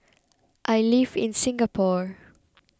I live in Singapore